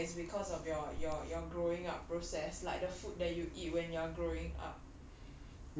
do you think like is because of your your your growing up process like the food that you eat when you are growing